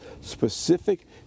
specific